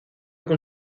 con